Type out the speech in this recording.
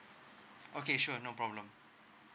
okay sure no problem